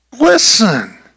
Listen